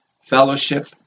fellowship